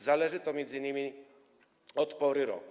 Zależy to m.in. od pory roku.